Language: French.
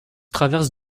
traverse